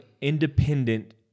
independent